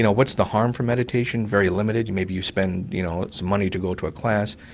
what's the harm from meditation? very limited. maybe you spend you know some money to go to a class,